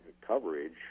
coverage